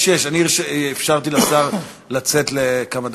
יש, אני אפשרתי לשר לצאת לכמה דקות.